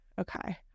Okay